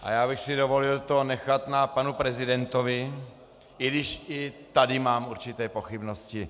A já bych si dovolil to nechat na panu prezidentovi, i když i tady mám určité pochybnosti.